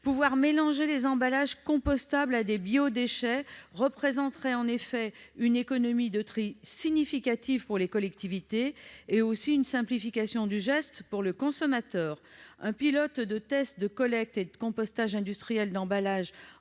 de mélanger les emballages compostables et les biodéchets, on assurerait une économie de tri significative pour les collectivités et une simplification du geste pour le consommateur. Un pilote de test de collecte et de compostage industriel d'emballages